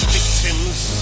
Victims